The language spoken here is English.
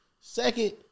second